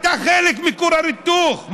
אתה חלק מכור ההיתוך.